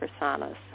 personas